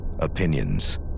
Opinions